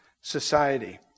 society